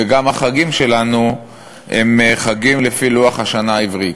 וגם החגים שלנו הם לפי לוח השנה העברי.